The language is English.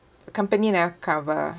company never cover